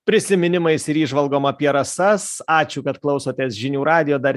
prisiminimais ir įžvalgom apie rasas ačiū kad klausotės žinių radijo dar